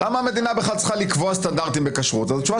ההצבעה